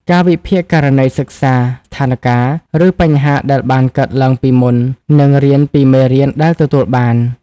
ការវិភាគករណីសិក្សា ស្ថានការណ៍ ឬបញ្ហាដែលបានកើតឡើងពីមុន និងរៀនពីមេរៀនដែលទទួលបាន។